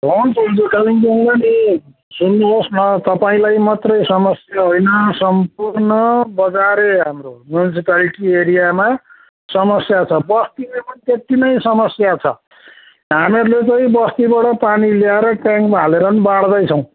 हुन्छ हुन्छ कालिम्पोङमा नि सुन्नुहोस् न तपाईँलाई मात्रै समस्या होइन सम्पूर्ण बजारै हाम्रो म्युनिसिपालिटी एरियामा समस्या छ बस्तीमा पनि त्यत्ति नै समस्या छ हामीहरूले चाहिँ बस्तीबाट पानी ल्याएर ट्याङ्कमा हालेर पनि बाँढ्दैछौँ